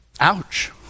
Ouch